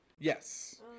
Yes